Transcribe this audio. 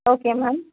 okay ma'am